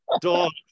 dog